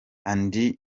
andy